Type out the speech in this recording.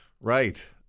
Right